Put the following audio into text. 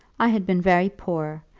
i had been very poor,